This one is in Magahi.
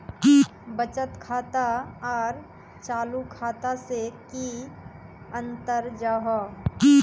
बचत खाता आर चालू खाता से की अंतर जाहा?